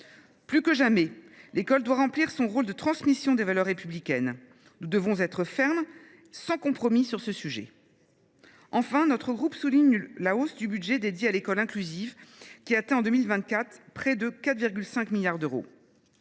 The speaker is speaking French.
Plus que jamais, l’école doit remplir son rôle de transmission des valeurs républicaines. Nous devons nous montrer fermes et sans compromis à ce sujet. Enfin, nous tenons à souligner la hausse du budget consacré à l’école inclusive, qui atteint, en 2024, près de 4,5 milliards d’euros.